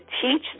teach